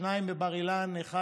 שניים בבר אילן, אחד